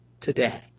today